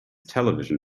television